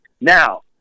Now